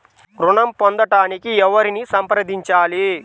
ఋణం పొందటానికి ఎవరిని సంప్రదించాలి?